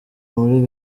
muri